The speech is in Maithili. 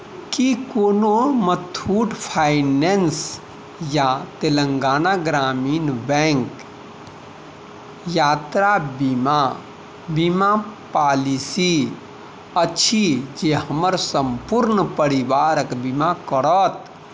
की कोनो मुथूट फाइनेन्स या तेलङ्गाना ग्रामीण बैंक यात्रा बीमा बीमा पॉलिसी अछि जे हमर सम्पूर्ण परिवारक बीमा करत